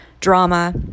drama